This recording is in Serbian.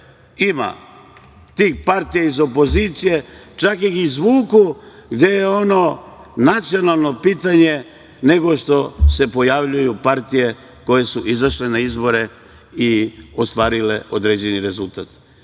ima tih partija iz opozicije, čak ih izvuku gde je ono nacionalno pitanje, nego što se pojavljuju partije koje su izašle na izbore i ostarile određeni rezultat.